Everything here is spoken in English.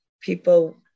people